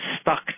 stuck